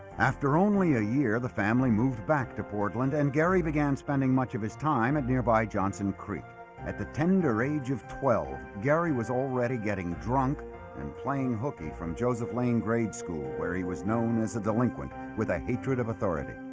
after only a year the family moved back to portland and gary began spending much of his time at nearby johnson creek at the tender age of twelve gary was already getting drunk and playing hooky from joseph lane grade school where he was known as a delinquent with a hatred of authority